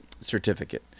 certificate